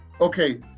Okay